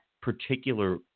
particular